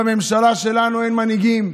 בממשלה שלנו אין מנהיגים.